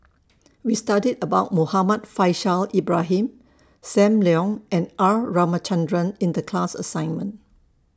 We studied about Muhammad Faishal Ibrahim SAM Leong and R Ramachandran in The class assignment